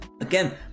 again